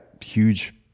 huge